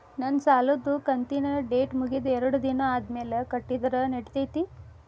ನನ್ನ ಸಾಲದು ಕಂತಿನ ಡೇಟ್ ಮುಗಿದ ಎರಡು ದಿನ ಆದ್ಮೇಲೆ ಕಟ್ಟಿದರ ನಡಿತೈತಿ?